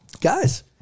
guys